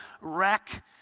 wreck